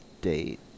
date